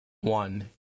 One